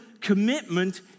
commitment